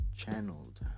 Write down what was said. Channeled